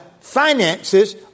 finances